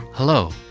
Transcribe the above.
Hello